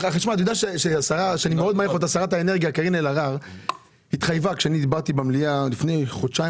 שרת האנרגיה קארין אלהרר התחייבה לפני חודשיים